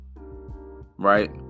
Right